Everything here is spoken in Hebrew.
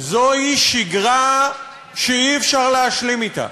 זו שגרה שאי-אפשר להשלים אתה,